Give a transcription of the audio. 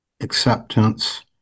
acceptance